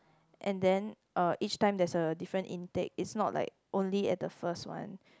and then uh each time there's a different intake it's not like only at the first one